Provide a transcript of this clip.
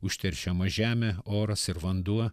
užteršiama žemė oras ir vanduo